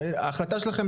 ההחלטה שלכם,